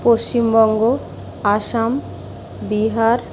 Paschimbanga Assam Bihar